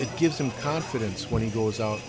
it gives him confidence when he goes out